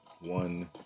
one